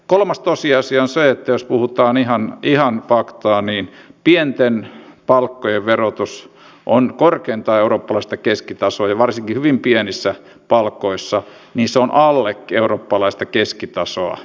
kolmas tosiasia on se jos puhutaan ihan faktaa että pienten palkkojen verotus on korkeintaan eurooppalaista keskitasoa ja varsinkin hyvin pienissä palkoissa se on alle eurooppalaisen keskitason